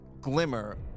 glimmer